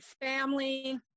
family